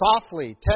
softly